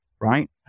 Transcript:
right